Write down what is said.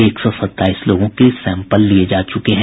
एक सौ सत्ताईस लोगों के सैंपल लिये जा चुके हैं